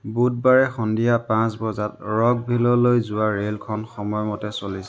বুধবাৰে সন্ধিয়া পাঁচ বজাত ৰকভিললৈ যোৱা ৰে'লখন সময়মতে চলিছে